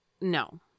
No